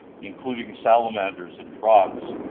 including the salamanders and frogs.